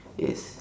yes